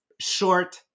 short